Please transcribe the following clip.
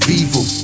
evil